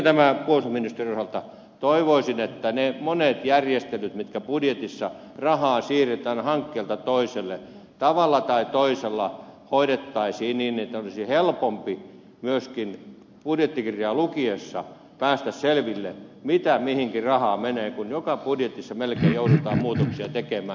sitten tämän puolustusministeriön osalta toivoisin että ne monet järjestelyt joissa rahaa siirretään budjetissa hankkeelta toiselle tavalla tai toisella hoidettaisiin niin että olisi helpompi myöskin budjettikirjaa lukiessa päästä selville paljonko rahaa mihinkin menee kun joka budjetissa melkein joudutaan muutoksia tekemään